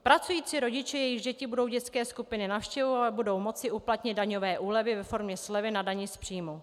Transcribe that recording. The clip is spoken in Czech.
Pracující rodiče, jejichž děti budou dětské skupiny navštěvovat, budou moci uplatnit daňové úlevy ve formě slevy na dani z příjmů.